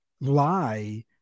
lie